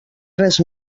res